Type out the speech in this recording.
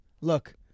Look